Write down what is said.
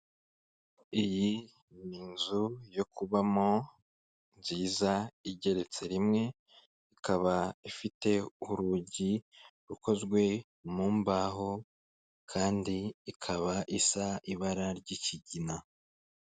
Iyi ni inzu yo kubamo nziza igeretse rimwe ikaba ifite urugi rukozwe mu mbaho kandi ikaba isa ibara ry'ikigina .